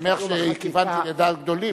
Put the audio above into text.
אני שמח שכיוונתי לדעת גדולים.